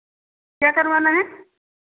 क्या करवाना है